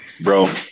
Bro